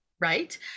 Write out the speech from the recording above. Right